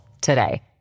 today